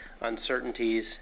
uncertainties